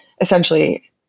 essentially